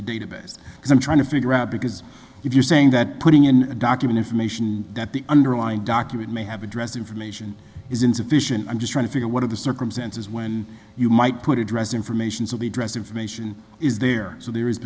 the database as i'm trying to figure out because if you're saying that putting in a document information that the underlying document may have address information is insufficient i'm just trying to figure what are the circumstances when you might put a dress informations of the dress information is there so there is